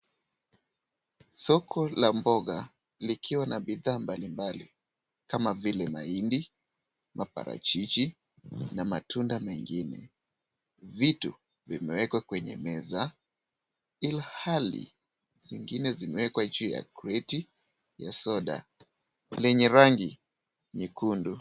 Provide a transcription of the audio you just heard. Soko la mboga likiwa na bidhaa mbalimbali kama vile mahindi , maparachichi na matunda mengine ,vitu vimewekwa kwenye meza ilhali zingine zimewekwa juu ya kreti ya soda lenye rangi nyekundu.